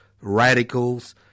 radicals